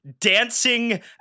dancing